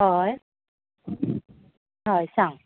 हय हय सांग